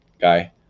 guy